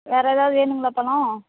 வேறு ஏதாவுது வேணுங்களா பழம்